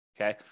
okay